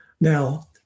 Now